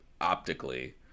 optically